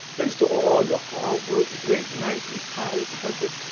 thanks to all your hard work, late nights, and tireless efforts,